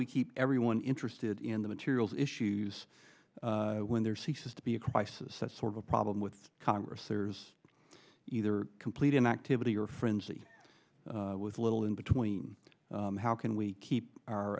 we keep everyone interested in the materials issues when there ceases to be a crisis that's sort of a problem with congress there's either complete inactivity or frenzy with little in between how can we keep our